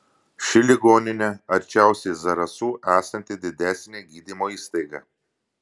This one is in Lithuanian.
ši ligoninė arčiausiai zarasų esanti didesnė gydymo įstaiga